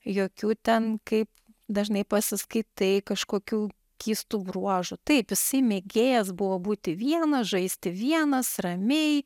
jokių ten kaip dažnai pasiskaitai kažkokių keistų bruožų taip jisai mėgėjas buvo būti vienas žaisti vienas ramiai